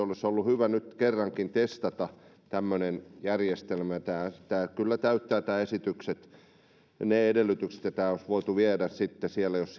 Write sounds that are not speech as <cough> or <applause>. <unintelligible> olisi eu oikeuden mukainen nyt kerrankin testata tämmöinen järjestelmä tämä esitys kyllä täyttää ne edellytykset ja tämä olisi voitu viedä sitten siellä eteenpäin jos <unintelligible>